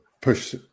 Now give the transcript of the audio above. push